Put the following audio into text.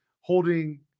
holding